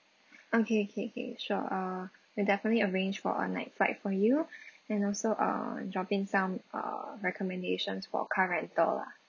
okay K K sure uh we'll definitely arrange for a night flight for you and also err dropping some err recommendations for car rental lah